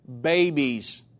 babies